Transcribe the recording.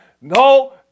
no